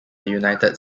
united